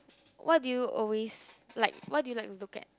what do you always like what do you like to look at